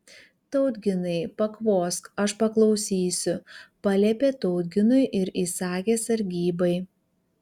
tautginai pakvosk aš paklausysiu paliepė tautginui ir įsakė sargybai